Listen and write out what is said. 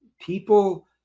people